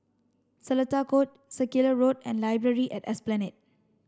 Seletar Court Circular Road and Library at Esplanade